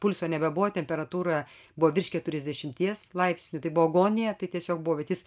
pulso nebebuvo temperatūra buvo virš keturiasdešimties laipsnių tai buvo agonija tai tiesiog buvo bet jis